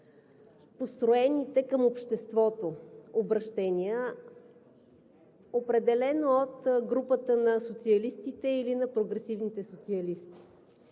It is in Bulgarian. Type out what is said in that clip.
построените към обществото обръщения определено от групата на социалистите или на прогресивните социалисти.